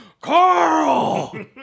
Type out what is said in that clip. Carl